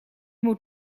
moet